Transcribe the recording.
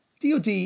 DOD